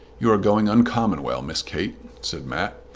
you are going uncommon well, miss kate, said mat,